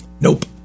Nope